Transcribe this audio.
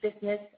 business